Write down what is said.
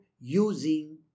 using